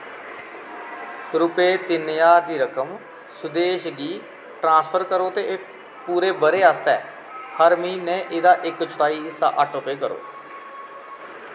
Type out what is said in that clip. रुपे तिन ज्हार दी रकम सुदेश गी ट्रांसफर करो ते पूरे ब'रे आस्तै हर म्हीनै एह्दा इक चौथाई हिस्सा आटोपेऽ करो